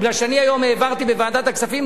אני היום העברתי בוועדת הכספים,